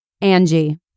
Angie